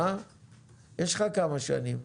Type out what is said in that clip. יש לך כמה שנים.